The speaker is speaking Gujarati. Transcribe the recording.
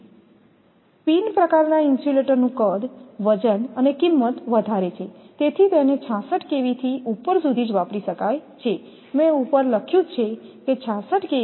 પિન પ્રકારનાં ઇન્સ્યુલેટરનું કદ વજન અને કિંમત વધારે છેતેથી તેને 66 kV થી ઉપર સુધી જ વાપરી શકાય છેમેં ઉપર લખ્યું છે કે 66 kV